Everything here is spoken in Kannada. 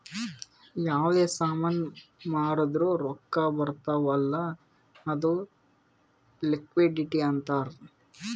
ಯಾವ್ದೇ ಸಾಮಾನ್ ಮಾರ್ದುರ್ ರೊಕ್ಕಾ ಬರ್ತಾವ್ ಅಲ್ಲ ಅದು ಲಿಕ್ವಿಡಿಟಿ ಅಂತಾರ್